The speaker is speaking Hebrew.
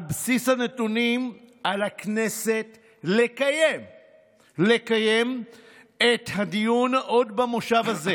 על בסיס הנתונים על הכנסת לקיים את הדיון עוד במושב הזה,